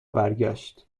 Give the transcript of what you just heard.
برگشت